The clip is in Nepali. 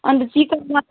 अन्त चिकन त